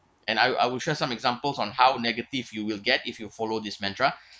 and I'll I'll share some examples on how negative you will get if you follow this mantra